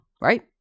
right